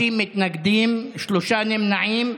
50 מתנגדים, שלושה נמנעים.